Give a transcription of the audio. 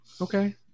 Okay